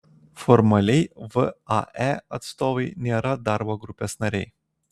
formaliai vae atstovai nėra darbo grupės nariai